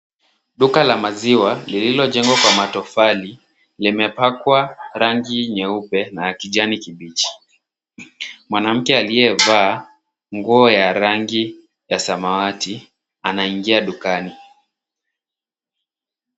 Duka la maziwa lililojengwa kwa matofali limepakwa rangi nyeupe na ya kijani kibichi. Mwanamke aliyevaa nguo ya rangi ya samawati anaingia dukani.